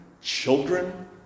children